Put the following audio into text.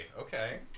okay